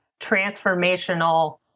transformational